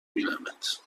بینمت